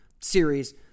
series